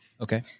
Okay